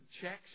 checks